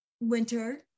winter